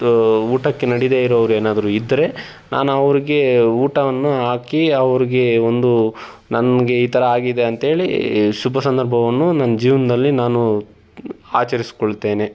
ದು ಊಟಕ್ಕೆ ನಡಿದೇ ಇರೋವ್ರು ಏನಾದ್ರೂ ಇದ್ದರೆ ನಾನು ಅವ್ರ್ಗೆ ಊಟವನ್ನು ಹಾಕಿ ಅವ್ರ್ಗೆ ಒಂದು ನನಗೆ ಈ ಥರ ಆಗಿದೆ ಅಂತ ಹೇಳಿ ಶುಭ ಸಂದರ್ಭವನ್ನು ನನ್ನ ಜೀವನದಲ್ಲಿ ನಾನು ಆಚರ್ಸಿಕೊಳ್ತೇನೆ